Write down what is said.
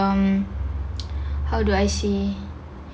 um how do I say